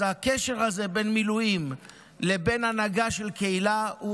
אז הקשר הזה בין מילואים לבין ההנהגה של קהילה הוא